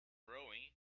rowing